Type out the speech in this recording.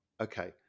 okay